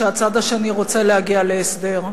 שהצד השני רוצה להגיע להסדר,